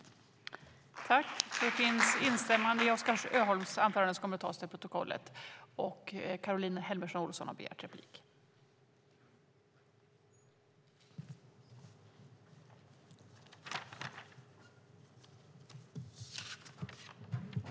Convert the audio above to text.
I detta anförande instämde Ulrika Carlsson i Skövde och Yvonne Andersson .